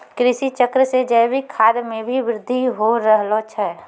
कृषि चक्र से जैविक खाद मे भी बृद्धि हो रहलो छै